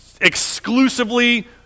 exclusively